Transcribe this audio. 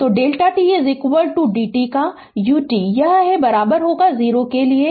तो Δ t d t का ut यह है 0 के 0